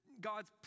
God's